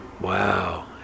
wow